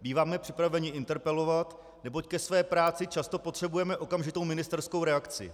Býváme připraveni interpelovat, neboť ke své práci často potřebujeme okamžitou ministerskou reakci.